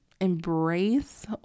embrace